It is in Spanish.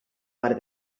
par